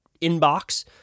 inbox